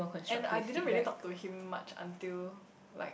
and I didn't really talk to him much until like